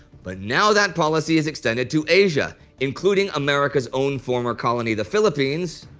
but now that policy is extended to asia, including america's own former colony the philippines.